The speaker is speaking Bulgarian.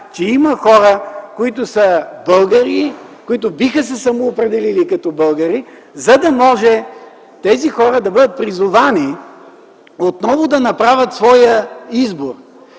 че има хора, които са българи, които биха се самоопределили като българи, за да може тези хора да бъдат призовани отново да направят своя избор.